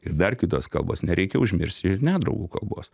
ir dar kitos kalbos nereikia užmiršti ir nedraugų kalbos